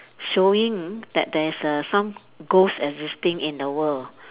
showing that there is err some ghost existing in the world